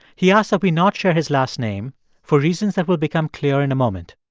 he asked that we not share his last name for reasons that will become clear in a moment